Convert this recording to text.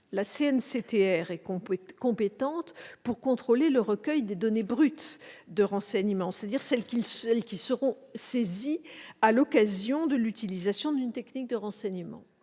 la CNCTR est compétente pour contrôler le recueil des données brutes de renseignement, c'est-à-dire celles qui seront saisies à l'occasion de l'utilisation d'une technique de renseignement.